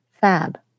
fab